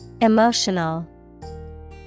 Emotional